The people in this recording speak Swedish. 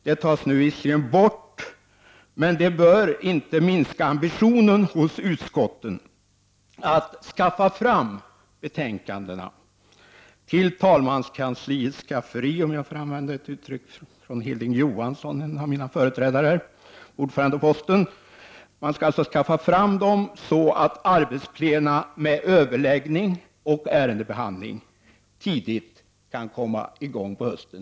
Nu tas visserligen den regeln bort, men detta bör inte minska utskottens ambition att skaffa fram betänkandena till talmanskansliets skafferi, om jag får använda det uttryck som Hilding Johansson — en av mina företrädare på ordförandeposten — använde. Man bör alltså göra i ordning betänkandena, så att arbetsplena med överläggning och ärendebehandling kan komma i gång tidigt på hösten.